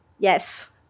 Yes